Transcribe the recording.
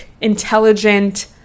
intelligent